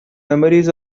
memories